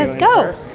ah go